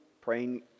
praying